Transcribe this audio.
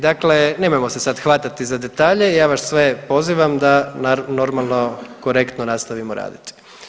Dakle, nemojmo se sad hvatati za detalje, ja vas sve pozivam da normalno korektno nastavimo raditi.